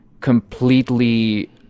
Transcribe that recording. completely